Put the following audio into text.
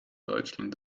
deutschland